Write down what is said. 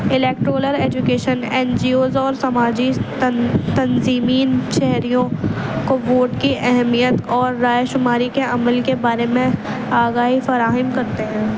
electoral education N G Os اور سماجی تنظیمین شہریوں کو ووٹ کی اہمیت اور رائے شماری کے عمل کے بارے میں آگاہی فراہم کرتے ہیں